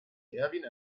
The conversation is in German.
erwin